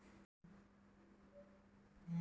ఎకర సెనగ పంటలో ఎన్.పి.కె ఎంత వేయాలి?